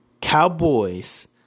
Cowboys